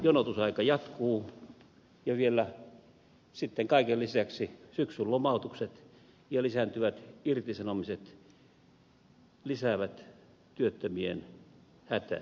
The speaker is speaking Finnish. jonotusaika jatkuu ja vielä sitten kaiken lisäksi syksyn lomautukset ja lisääntyvät irtisanomiset lisäävät työttömien hätää ja ahdinkoa